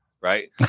right